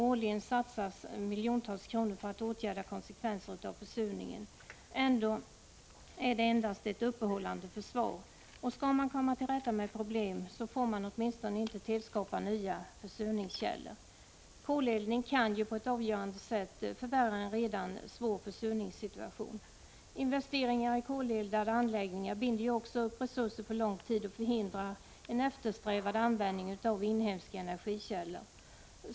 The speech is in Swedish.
Årligen satsas miljontals kronor för att man skall kunna åtgärda konsekvenserna av försurningen — och ändå är det endast ett uppehållande försvar. Skall man komma till rätta med problemet får man åtminstone inte tillskapa nya försurningskällor. Koleldning kan ju på ett avgörande sätt förvärra en redan svår försurningssituation. Investeringar i koleldade anläggningar binder också upp resurser för lång tid och förhindrar en eftersträvad användning av inhemska energikällor.